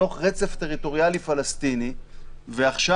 בתוך רצף טריטוריאלי פלסטיני ועכשיו,